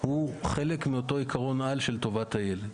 הוא חלק מאותו עיקרון על של טובת הילד.